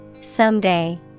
Someday